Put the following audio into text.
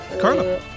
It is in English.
Carla